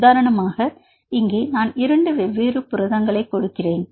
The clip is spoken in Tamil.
உதாரணமாக இங்கே நான் 2 வெவ்வேறு புரதங்களைக் கொடுக்கிறேன்